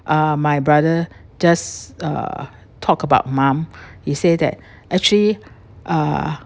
um my brother just uh talked about mom he said that actually uh